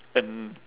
and